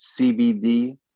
CBD